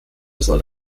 soll